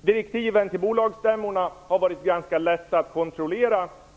Direktiven till bolagsstämmorna har varit ganska lätta att kontrollera.